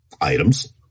items